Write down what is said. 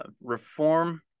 Reform